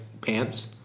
pants